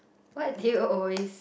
what do you always